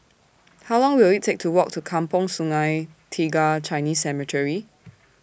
How Long Will IT Take to Walk to Kampong Sungai Tiga Chinese Cemetery